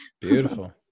Beautiful